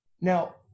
Now